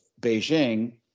Beijing